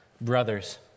brothers